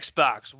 Xbox